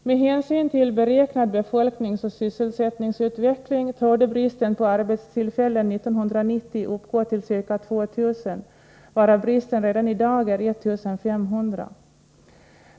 Med hänsyn till beräknad befolkningsoch sysselsättningsutveckling torde bristen på arbetstillfällen 1990 bli ca 2 000. Bristen redan i dag är 1 500.